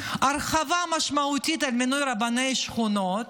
הרחבה משמעותית של מינוי רבני שכונות,